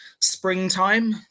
springtime